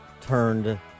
turned